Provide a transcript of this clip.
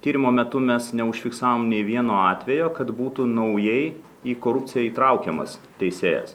tyrimo metu mes neužfiksavom nė vieno atvejo kad būtų naujai į korupciją įtraukiamas teisėjas